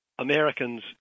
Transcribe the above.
Americans